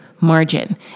margin